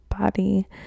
body